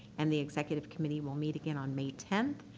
and the executive committee will meet again on may tenth,